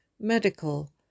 medical